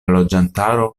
loĝantaro